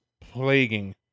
plaguing